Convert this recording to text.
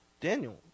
daniel